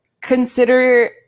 consider